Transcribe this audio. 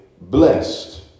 Blessed